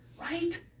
right